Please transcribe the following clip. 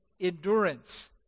endurance